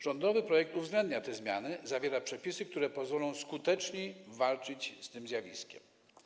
Rządowy projekt uwzględnia te zmiany, zawiera przepisy, które pozwolą skuteczniej walczyć z tym zjawiskiem.